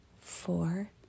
four